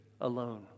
alone